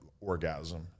orgasm